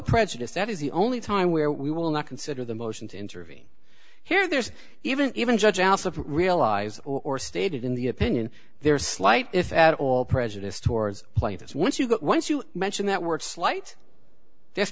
prejudice that is the only time where we will not consider the motion to intervene here there's even even judge also realized or stated in the opinion there's a slight if at all prejudiced towards plaintiffs once you get once you mention that word slight th